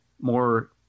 more